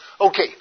Okay